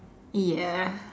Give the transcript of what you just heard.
ya